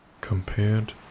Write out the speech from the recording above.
compared